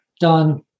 done